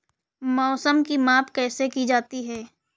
मौसम की माप कैसे की जाती है?